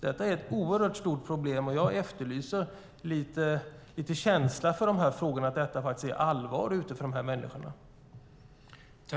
Det är ett oerhört stort problem, och jag efterlyser lite känsla för dessa frågor. Detta är allvar för de här människorna.